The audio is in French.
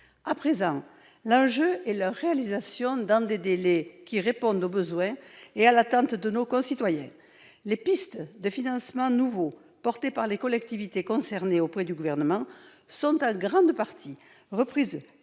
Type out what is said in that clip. À présent, l'enjeu est leur réalisation dans des délais qui répondent aux besoins et à l'attente de nos concitoyens. Les pistes de financements nouveaux, portées par les collectivités concernées auprès du Gouvernement, sont en grande partie reprises